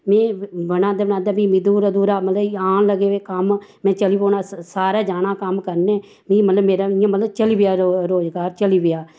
में बनांदे बनांदे फ्ही दूरा दूरा मतलव आन लगी पे कम्म में चली पौना सारै जाना कम्म करना में मतलव मेरा इयां चली पेआ रोजगार चली पेआ